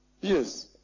Yes